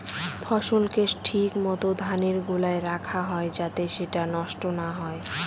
ফসলকে ঠিক মত ধানের গোলায় রাখা হয় যাতে সেটা নষ্ট না হয়